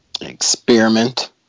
Experiment